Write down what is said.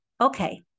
okay